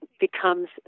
becomes